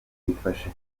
bifasha